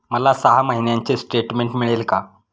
मला सहा महिन्यांचे स्टेटमेंट मिळेल का?